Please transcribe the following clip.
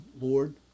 Lord